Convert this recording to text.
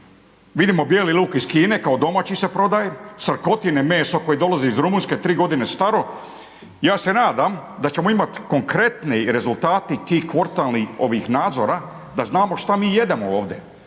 Vidimo bijeli luk iz Kine kao domaći se prodaje, crkotine, meso koje dolazi iz Rumunjske 3 g. staro, ja se nadam da ćemo imati konkretne rezultate tih kvartalnih ovih nadzora da znamo šta mi jedemo ovdje.